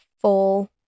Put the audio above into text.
full